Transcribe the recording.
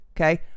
okay